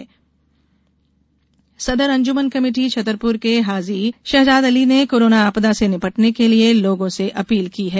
जन आंदोलन सदर अंजुमन कमेटी छतरपुर के हाजी शहजाद अली ने कोरोना आपदा से निपटने के लिए लोगों से अपील की है